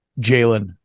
Jalen